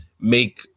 make